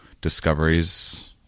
discoveries